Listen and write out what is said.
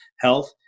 health